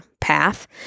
path